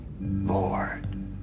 Lord